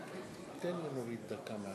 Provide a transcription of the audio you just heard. אדוני היושב-ראש, חברי חברי